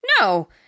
No